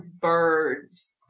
birds